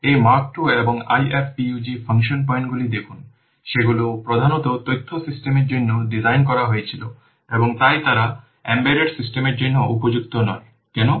এই mark II এবং IFPUG function পয়েন্টগুলি দেখুন সেগুলি প্রধানত তথ্য সিস্টেমের জন্য ডিজাইন করা হয়েছিল এবং তাই তারা এমবেডেড সিস্টেমের জন্য উপযুক্ত নয় কেন